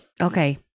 Okay